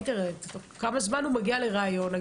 ואם לא ניתן לאזרחים --- כמה זמן זה בעצם לוקח היום?